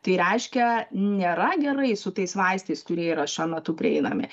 tai reiškia nėra gerai su tais vaistais kurie yra šiuo metu prieinami